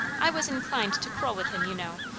i was inclined to quarrel with him, you know,